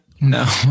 no